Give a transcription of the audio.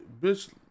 bitch